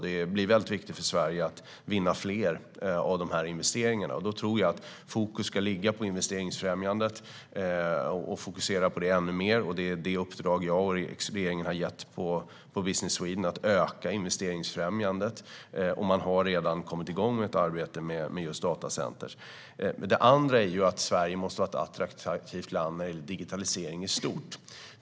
Det blir väldigt viktigt för Sverige att vinna fler av dessa investeringar, och då tror jag att fokus ska ligga på investeringsfrämjandet och fokusera ännu mer på det, alltså på det uppdrag jag och regeringen har gett till Business Sweden. Man har redan kommit igång med ett arbete med just datacenter. Det andra är att Sverige måste vara ett attraktivt land när det gäller digitalisering i stort.